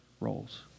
roles